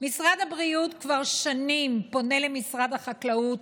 משרד הבריאות כבר שנים פונה למשרד החקלאות